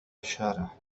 الشارع